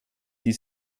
die